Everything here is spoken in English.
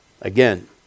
Again